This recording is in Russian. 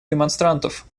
демонстрантов